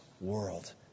world